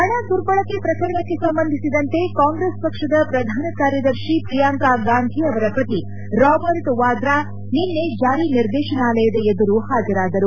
ಹಣ ದುರ್ಬಳಕೆ ಪ್ರಕರಣಕ್ಕೆ ಸಂಬಂಧಿಸಿದಂತೆ ಕಾಂಗ್ರೆಸ್ ಪಕ್ಷದ ಪ್ರಧಾನ ಕಾರ್ಯದರ್ಶಿ ಪ್ರಿಯಾಂಕ ಗಾಂಧಿ ಅವರ ಪತಿ ರಾಬರ್ಟ್ ವಾದ್ರಾ ನಿನ್ನೆ ಜಾರಿ ನಿರ್ದೇಶನಾಲಯದ ಎದುರು ಹಾಜರಾದರು